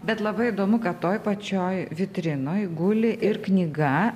bet labai įdomu kad toj pačioj vitrinoj guli ir knyga